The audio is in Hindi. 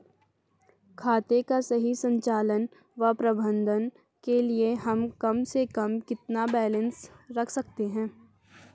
खाते का सही संचालन व प्रबंधन के लिए हम कम से कम कितना बैलेंस रख सकते हैं?